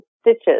stitches